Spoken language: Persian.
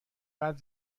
بعد